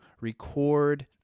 record